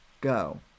Go